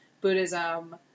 Buddhism